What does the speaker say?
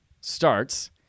starts